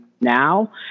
now